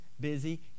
busy